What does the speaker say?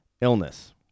illness